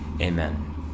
Amen